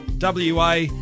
WA